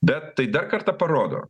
bet tai dar kartą parodo